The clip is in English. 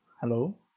hello